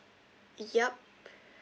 yup